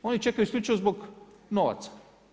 Oni čekaju isključivo zbog novaca.